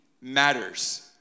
matters